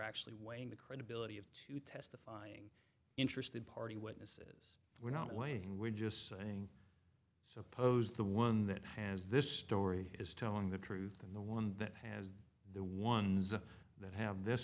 actually weighing the credibility of to testify interested party witnesses we're not waiting we're just saying so opposed the one that has this story is telling the truth and the one that has the ones that have this